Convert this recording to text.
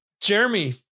jeremy